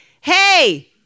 Hey